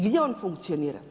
Gdje on funkcionira?